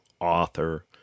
author